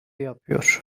yapıyor